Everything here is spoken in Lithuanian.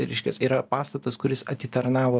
reiškias yra pastatas kuris atitarnavo